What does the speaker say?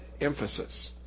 emphasis